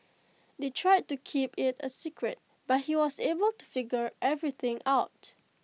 they tried to keep IT A secret but he was able to figure everything out